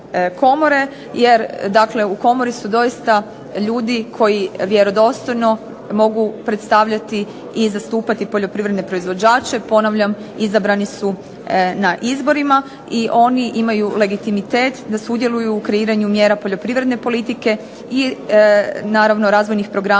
u komori su doista ljudi koji vjerodostojno mogu predstavljati i zastupati poljoprivredne proizvođače. Ponavljam, izabrani su na izborima i oni imaju legitimitet da sudjeluju u kreiranju mjera poljoprivredne politike i naravno razvojnih programa